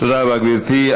תודה רבה, גברתי.